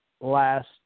last